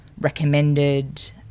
recommended